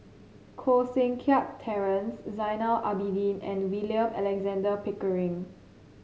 Koh Seng Kiat Terence Zainal Abidin and William Alexander Pickering